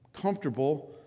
comfortable